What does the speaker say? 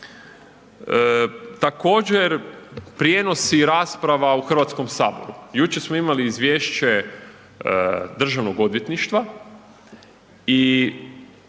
Također prijenosi rasprava u Hrvatskom saboru, jučer smo imali Izvješće državnog odvjetništva, i